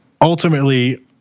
ultimately